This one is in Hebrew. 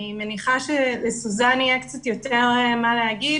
אני מניחה שלסוזאן יהיה קצת יותר מה להגיד.